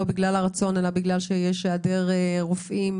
בגלל הרצון אלא בגלל היעדר רופאים ומטפלים.